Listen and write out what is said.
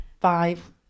five